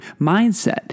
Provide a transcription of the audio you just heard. mindset